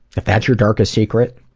if that's your darkest secret,